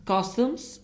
Costumes